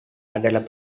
adalah